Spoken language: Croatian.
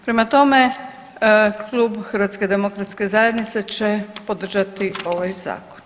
Prema tome, klub HDZ-a će podržati ovaj zakon.